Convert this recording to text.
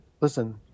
Listen